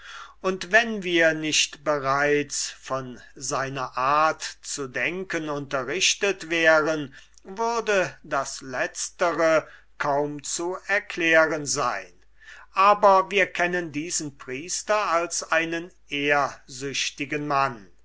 und wenn wir nicht bereits von seiner art zu denken unterrichtet wären würde das letztere kaum zu erklären sein aber wir kennen diesen priester als einen ehrgeizigen mann